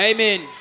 Amen